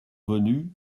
venus